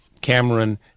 Cameron